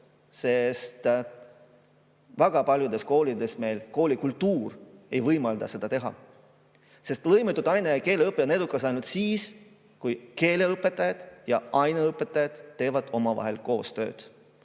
sest väga paljudes koolides koolikultuur ei võimalda seda teha. Lõimitud aine- ja keeleõpe on edukas ainult siis, kui keeleõpetajad ja aineõpetajad teevad omavahel koostööd.